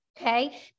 Okay